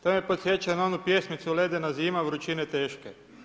To me podsjeća na onu pjesmicu, ledena zima, vrućine teške.